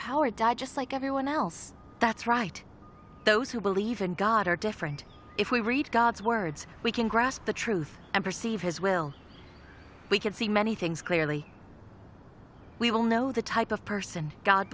power die just like everyone else that's right those who believe in god are different if we read god's words we can grasp the truth and perceive his will we can see many things clearly we all know the type of person god